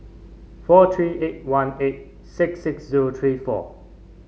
four three eight one eight six six zero three four